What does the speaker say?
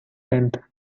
tenth